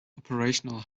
operational